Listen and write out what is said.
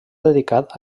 dedicat